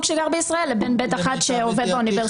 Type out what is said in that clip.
שגר בישראל לבין ב1 שעובד באוניברסיטה?